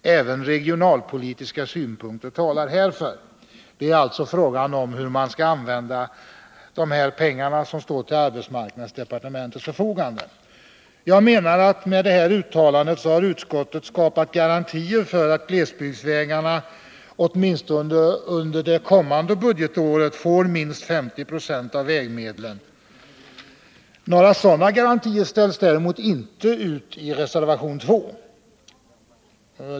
Även regionalpolitiska synpunkter talar härför.” Jag menar att utskottet med detta uttalande har skapat garantier för att glesbygdsvägarna åtminstone under det kommande budgetåret får minst 50 20 av vägmedlen. Några sådana garantier ställs däremot inte ut i reservation 2.